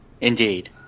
indeed